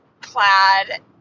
plaid